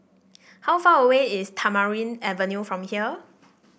how far away is Tamarind Avenue from here